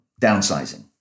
downsizing